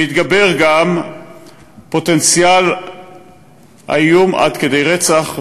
והתגבר גם פוטנציאל האיום עד כדי רצח.